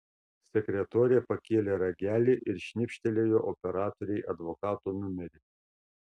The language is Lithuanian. sekretorė pakėlė ragelį ir šnibžtelėjo operatorei advokato numerį